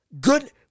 good